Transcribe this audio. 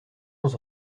onze